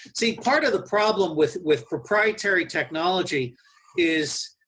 see part of the problem with with proprietary technology is